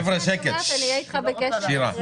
אהיה אתך בקשר.